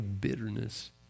bitterness